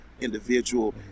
individual